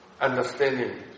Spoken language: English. understanding